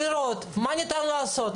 לראות מה ניתן לעשות,